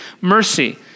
mercy